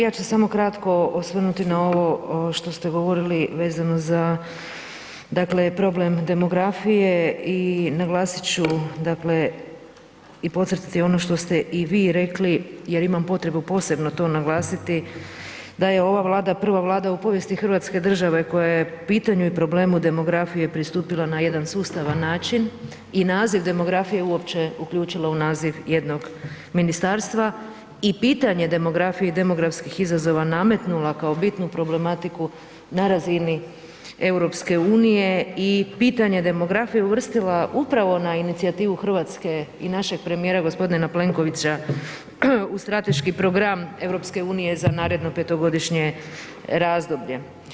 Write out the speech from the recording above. Ja ću se samo kratko osvrnuti na ovo što ste govorili vezano za dakle problem demografije i naglasit ću dakle i podcrtati ono što ste i vi rekli jer imamo potrebu posebno to naglasiti da je ova Vlada prva vlada u povijesti hrvatske države koja je pitanju i problemu demografije pristupila na jedan sustavan način i naziv demografije uopće uključila u naziv jednog ministarstva i pitanje demografije i demografskih izazova nametnula kao bitnu problematiku na razini EU i pitanje demografije uvrstila upravo na inicijativu Hrvatske i našeg premijera g. Plenkovića u strateški program EU za naredno 5-godišnje razdoblje.